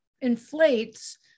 inflates